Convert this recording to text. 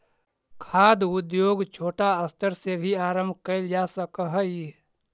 खाद्य उद्योग छोटा स्तर से भी आरंभ कैल जा सक हइ